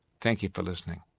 thank you for listening